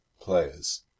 players